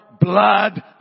blood